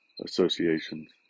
associations